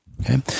okay